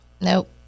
Nope